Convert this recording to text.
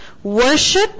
Worship